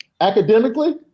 academically